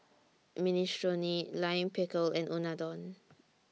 Minestrone Lime Pickle and Unadon